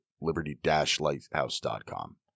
liberty-lighthouse.com